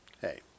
hey